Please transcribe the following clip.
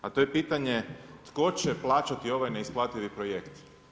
A to je pitanje tko će plaćati ovaj neisplativi projekt.